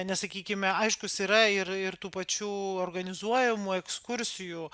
nesakykime aiškus yra ir ir tų pačių organizuojamų ekskursijų